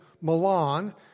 Milan